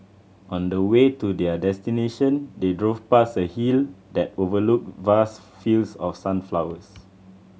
on the way to their destination they drove past a hill that overlooked vast fields of sunflowers